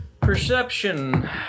Perception